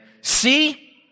See